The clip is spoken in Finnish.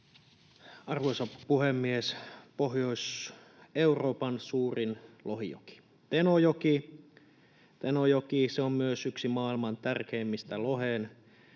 Arvoisa puhemies! Pohjois-Euroopan suurin lohijoki, Tenojoki, on myös yksi maailman tärkeimmistä lohen